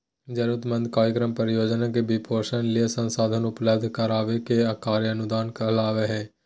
जरूरतमंद कार्यक्रम, परियोजना के वित्तपोषण ले संसाधन उपलब्ध कराबे के कार्य अनुदान कहलावय हय